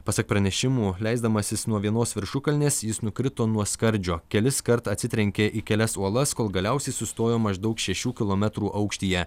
pasak pranešimų leisdamasis nuo vienos viršukalnės jis nukrito nuo skardžio keliskart atsitrenkė į kelias uolas kol galiausiai sustojo maždaug šešių kilometrų aukštyje